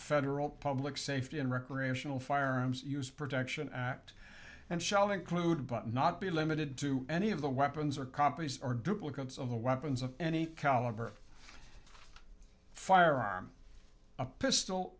federal public safety and recreational firearms use protection act and shelving include but not be limited to any of the weapons or compas or duplicate of the weapons of any caliber firearm a pistol